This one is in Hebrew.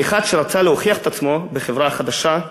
כאחד שרצה להוכיח את עצמו בחברה החדשה,